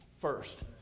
first